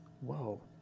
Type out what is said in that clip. Whoa